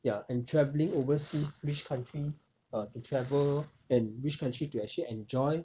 ya and travelling overseas which country err to travel and which country to actually enjoy